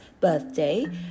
birthday